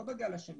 ולא בגל השני.